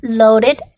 loaded